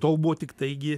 tol buvo tiktai gi